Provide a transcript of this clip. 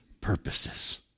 purposes